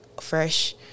fresh